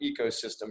ecosystem